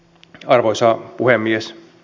arvoisa puhemies